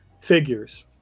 figures